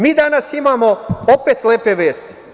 Mi danas imamo opet lepe vesti.